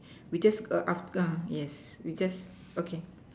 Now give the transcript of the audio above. we just err aft~ ah yes we just okay